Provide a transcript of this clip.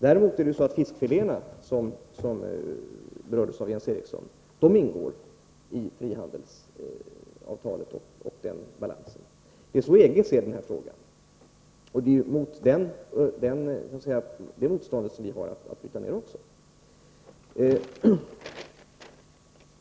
Däremot ingår fiskfiléerna, som berördes av Jens Eriksson, i frihandelsavtalet och den balansen. Det är så EG ser på denna fråga. Det är också detta motstånd vi har att bryta ner.